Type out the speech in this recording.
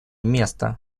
место